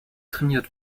trainiert